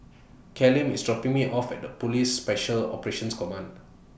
Callum IS dropping Me off At Police Special Operations Command